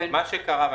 מה שקרה,